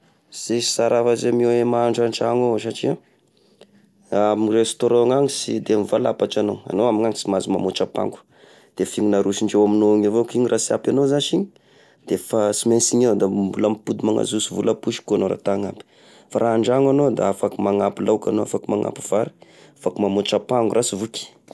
Sisy sara afa sy ny mahandro an-tragno ôh satria amy restaurant ny agny sy de mivalapatry agnao, agnao amy ny agny sy mahazo mamotry ampango, de fihy nandrosondreo igny avao, igny raha sy ampy agnao zashy defa sy mainsy igny ao da mbola mipody manazosy vola am-posy koa agnao raha ta anampy, fa raha an-dragno agnao da afaky manampy laoky agnao, afaky manampy vary, afaky mamotry ampango raha sy voky.